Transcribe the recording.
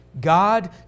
God